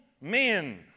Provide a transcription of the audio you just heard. men